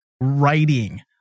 writing